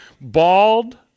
bald